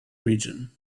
region